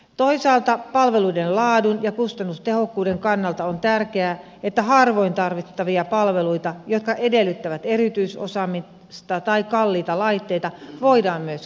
toisaalta palveluiden laadun ja kustannustehokkuuden kannalta on tärkeää että harvoin tarvittavia palveluita jotka edellyttävät erityisosaamista tai kalliita laitteita voidaan myös keskittää